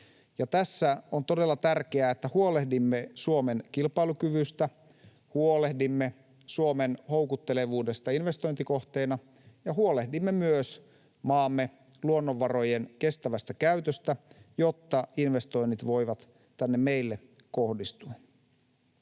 tässä on todella tärkeää, että huolehdimme Suomen kilpailukyvystä, huolehdimme Suomen houkuttelevuudesta investointikohteena ja huolehdimme myös maamme luonnonvarojen kestävästä käytöstä, jotta investoinnit voivat tänne meille kohdistua.